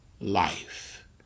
life